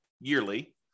yearly